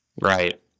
Right